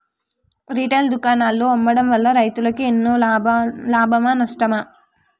Retail దుకాణాల్లో అమ్మడం వల్ల రైతులకు ఎన్నో లాభమా నష్టమా?